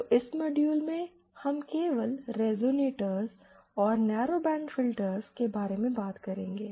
तो इस मॉड्यूल में हम केवल रिजोनेटर्स और नैरोबैंड फिल्टर्स के बारे में बात करेंगे